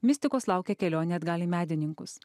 mistikos laukia kelionė atgal į medininkus